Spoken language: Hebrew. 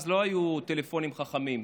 אז לא היו טלפונים חכמים,